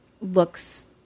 looks